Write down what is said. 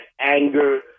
anger